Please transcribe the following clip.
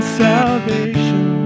salvation